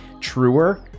truer